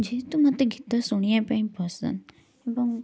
ଯେହେତୁ ମୋତେ ଗୀତ ଶୁଣିବା ପାଇଁ ପସନ୍ଦ ଏବଂ